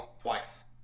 twice